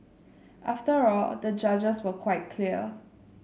after all the judges were quite clear